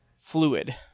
fluid